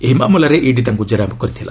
ଏହି ମାମଲାରେ ଇଡି ତାଙ୍କୁ ଜେରା କରିଥିଲା